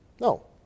No